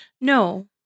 No